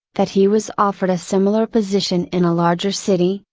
that he was offered a similar position in a larger city,